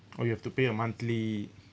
orh you have to pay a monthly